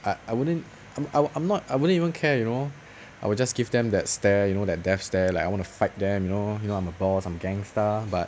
I I wouldn't I'll I'm I'm I'm not I wouldn't even care you know I'll just give them that stare you know that death stare like I wanna fight them you know you know I'm a boss I'm gangster but